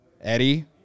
eddie